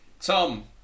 Tom